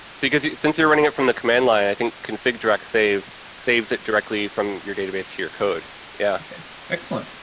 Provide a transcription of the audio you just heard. because since you're running it from the command line, i think config direct save saves it directly from your database to your code. yeah. speaker excellent.